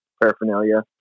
paraphernalia